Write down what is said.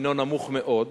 נמוך מאוד,